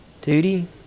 duty